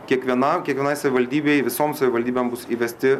kiekvienam kiekvienai savivaldybei visom savivaldybėm bus įvesti